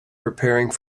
preparing